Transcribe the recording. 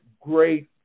great